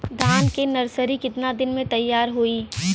धान के नर्सरी कितना दिन में तैयार होई?